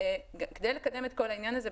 כדי לקדם את כל העניין הזה,